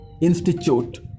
institute